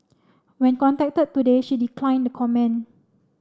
when contacted today she declined comment